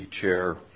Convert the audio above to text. chair